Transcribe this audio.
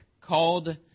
called